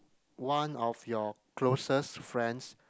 one of your closest friends